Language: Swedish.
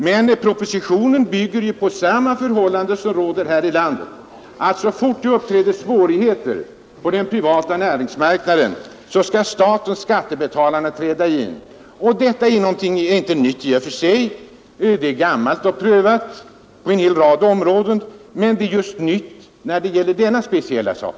Men propositionen bygger ju på det förhållande som råder här i landet, att så fort det uppträder svårigheter på den privata marknaden skall staten och skattebetalarna träda in. Det är inte något nytt i och för sig — det är gammalt och prövat på en hel rad av områden — men det är nytt när det gäller just denna speciella sak.